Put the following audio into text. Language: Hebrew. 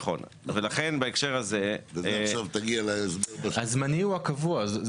נכון, ולכן בהקשר הזה -- הזמני הוא הקבוע.